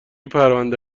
پرونده